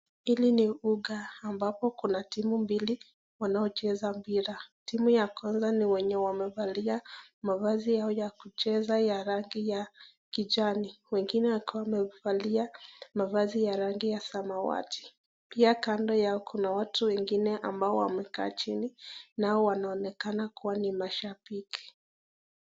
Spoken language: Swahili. Hili ni uga ambapo kuna timu mbili wanao cheza mpira. Timu ya kwanza ni wenye wamevalia mavazi yao ya kucheza ya rangi ya kijani wengine wakiwa wamevalia mavazi ya rangi ya samawati. Pia kando yao kuna watu wengine ambao wamekaa chini hao wanaonekana kuwa ni mashabiki.